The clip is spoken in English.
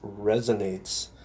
resonates